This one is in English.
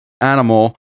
animal